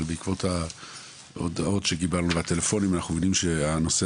אבל בעקבות ההודעות שקיבלנו והטלפונים אנחנו מבינים שהנושא